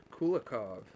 Kulikov